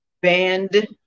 band